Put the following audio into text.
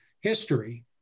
history